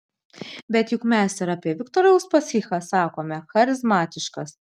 bet juk mes ir apie viktorą uspaskichą sakome charizmatiškas